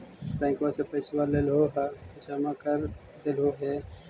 बैंकवा से पैसवा लेलहो है जमा कर देलहो हे?